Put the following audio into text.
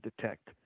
detect